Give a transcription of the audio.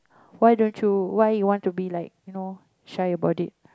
why don't you why you want to be like you know shy about it